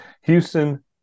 Houston